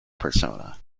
persona